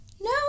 No